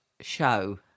show